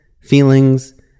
feelings